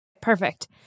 Perfect